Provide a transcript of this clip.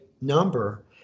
number